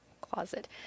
closet